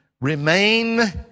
remain